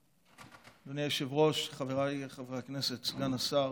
אדוני היושב-ראש, חבריי חברי הכנסת, סגן השר,